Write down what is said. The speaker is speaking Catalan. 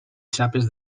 xapes